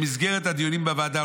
במסגרת הדיונים בוועדה,